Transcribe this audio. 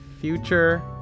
Future